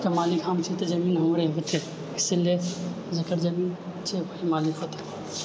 के मालिक हम छी तऽ जमीन हमरे होतै इसीलिए जकर जमीन छै वही मालिक होतै